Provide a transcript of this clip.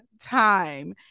time